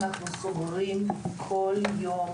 אני זהירה במספרים, אבל אנחנו סוגרים כל יום,